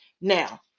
Now